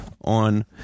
on